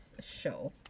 show